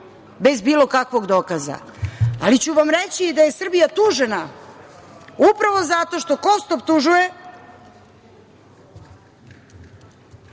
bez bilo kakvog dokaza. Ali reći ću vam i da je Srbija tužena upravo zato što KOST optužuje